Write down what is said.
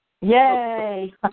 Yay